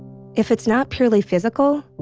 if it's not purely physical,